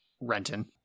Renton